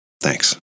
Thanks